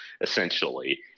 essentially